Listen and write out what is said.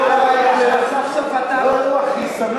לאומיים (תיקוני חקיקה להשגת יעדי התקציב לשנים